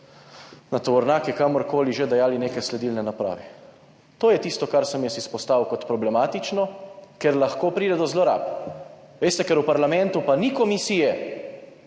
na tovornjake, kamorkoli že dajali neke sledilne naprave. To je tisto, kar sem jaz izpostavil kot problematično, ker lahko pride do zlorab. Ker v parlamentu pa ni komisije,